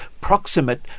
proximate